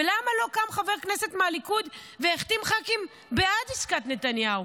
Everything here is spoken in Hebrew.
ולמה לא קם חבר כנסת מהליכוד והחתים ח"כים בעד עסקת נתניהו,